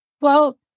Well-